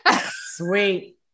Sweet